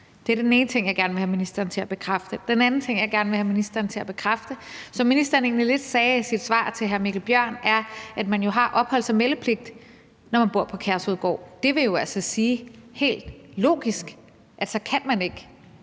Det er den ene ting, jeg gerne vil have ministeren til at bekræfte. Den anden ting, jeg gerne vil have ministeren til at bekræfte, er noget, som ministeren egentlig lidt sagde i sit svar til hr. Mikkel Bjørn, og det er, at man jo har meldepligt, når man bor på Kærshovedgård. Det vil altså helt logisk sige, at så kan man ikke